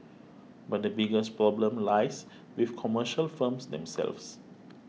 but the biggest problem lies with commercial firms themselves